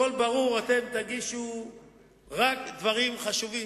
הכול ברור, אתם תגישו רק דברים חשובים.